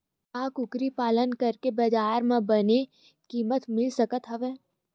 का कुकरी पालन करके बजार म बने किमत मिल सकत हवय?